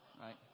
right